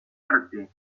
arte